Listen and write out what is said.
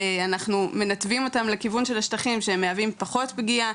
אנחנו מנתבים אותם לכיוון של השטחים שמהוויים פחות פגיעה,